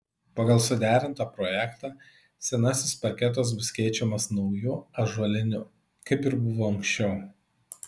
pagal suderintą projektą senasis parketas bus keičiamas nauju ąžuoliniu kaip ir buvo anksčiau